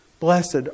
Blessed